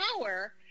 power